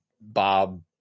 Bob